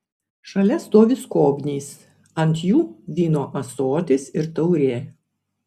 šalia stovi skobnys ant jų vyno ąsotis ir taurė